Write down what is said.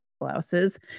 blouses